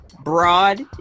Broad